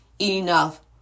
enough